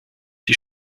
die